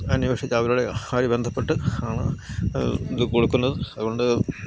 അന്വേഷിച്ച് അവരുടെ അവരെ ബന്ധപ്പെട്ട് ആണ് ഇത് കൊടുക്കുന്നത് അതുകൊണ്ട്